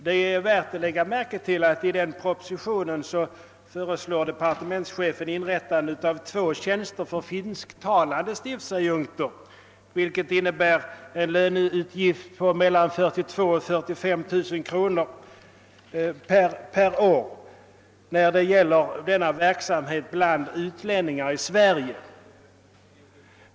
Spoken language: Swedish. Det är värt att lägga märke till att departementschefen i propositionen föreslår inrättande av två tjänster för finsktalande stiftsadjunkter, vilket innebär en löneutgift på 42 000—45 000 kronor per år för verksamhet bland utlänningar i Sverige.